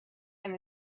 and